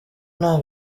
nta